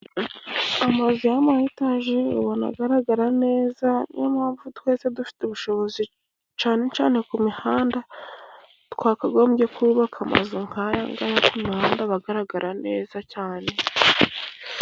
Amazu yama etaje ubona agaragara neza, niyo mpamvu twese dufite ubushobozi cyane cyane ku mihanda twakagombye kubaka amazu nkaya ngaya ku mihanda aba agaragara neza cyane.